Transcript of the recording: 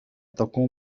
تقوم